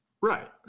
Right